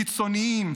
"קיצוניים",